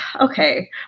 Okay